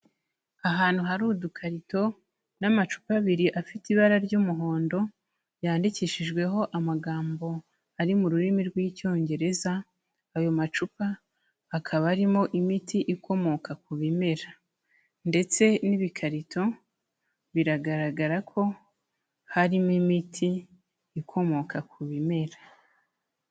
Ahantu hari udukarito n'amacupa abiri afite ibara ry'umuhondo, yandikishijweho amagambo ari mu rurimi rw'Icyongereza, ayo macupa akaba arimo imiti ikomoka ku bimera ndetse n'ibikarito biragaragara ko harimo imiti ikomoka ku bimera.